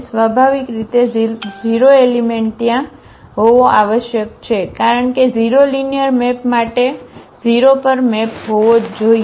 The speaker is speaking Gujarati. સ્વાભાવિક રીતે 0 એલિમેંટ ત્યાં હોવો આવશ્યક છે કારણ કે 0 લિનિયર મેપ માટે 0 પર મેપ હોવો જ જોઈએ